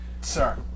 Sir